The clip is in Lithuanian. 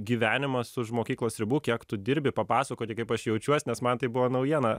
gyvenimas už mokyklos ribų kiek tu dirbi papasakoti kaip aš jaučiuos nes man tai buvo naujiena